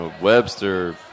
Webster